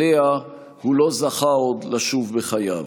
אליה הוא לא זכה עוד לשוב בחייו.